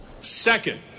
second